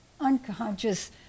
unconscious